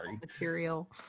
material